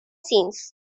since